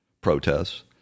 protests